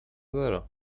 zero